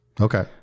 Okay